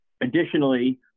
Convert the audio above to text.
Additionally